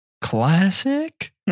classic